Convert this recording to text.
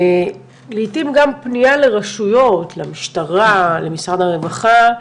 לעיתים גם פנייה לרשויות, למשטרה, למשרד הרווחה,